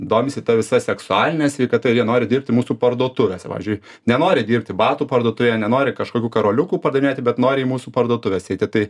domisi ta visa seksualine sveikata ir jie nori dirbti mūsų parduotuvėse pavyzdžiui nenori dirbti batų parduotuvėje nenori kažkokių karoliukų pardavinėti bet nori į mūsų parduotuves eiti tai